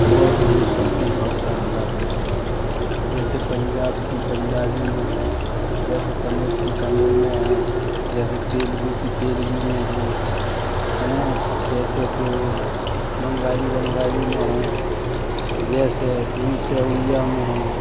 और देशों की भाषा अलग है जैसे पंजाब की पंजाबी में है जैसे तमिल की तमिल में है जैसे तेलुगू की तेलगू में है हैं जैसेकि बंगाली बंगाल में है जैसे उड़ीसा उड़िया में है